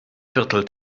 viertel